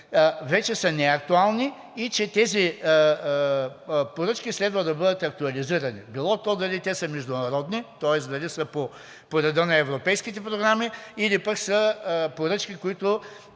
вече са неактуални и че тези поръчки следва да бъдат актуализирани. Било то дали те са международни, тоест дали са по реда на европейските програми, или пък са поръчки, които